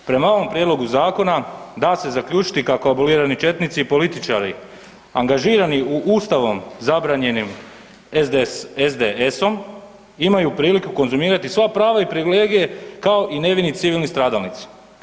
Prema ovom prijedlogu zakona da se zaključiti kako abolirani četnici i političari angažirani u ustavom zabranjenim SDS-om imaju priliku konzumirati sva prava i privilegije kao i nevini civilni stradalnici.